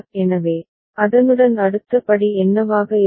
எனவே அதனுடன் அடுத்த படி என்னவாக இருக்கும்